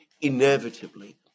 inevitably